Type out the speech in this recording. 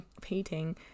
painting